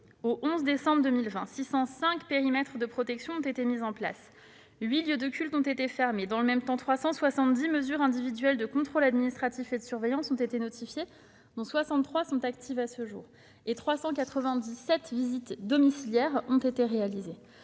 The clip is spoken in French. Au 11 décembre 2020, 605 périmètres de protection ont été mis en place et huit lieux de culte ont été fermés. Dans le même temps, 370 mesures individuelles de contrôle administratif et de surveillance ont été notifiées- parmi elles, 63 sont actives à ce jour -et 397 visites domiciliaires ont été réalisées.